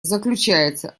заключается